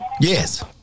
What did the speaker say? Yes